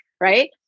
right